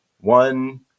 One